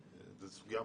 הזרם,